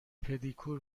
پدیکور